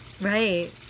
Right